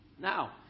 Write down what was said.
Now